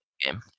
game